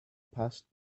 passed